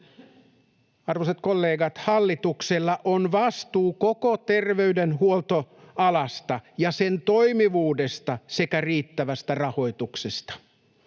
Arvoisat kollegat, hallituksella on vastuu koko terveydenhuoltoalasta ja sen toimivuudesta sekä riittävästä rahoituksesta.